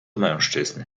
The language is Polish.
mężczyzn